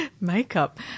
makeup